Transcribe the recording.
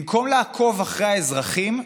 במקום לעקוב אחרי האזרחים,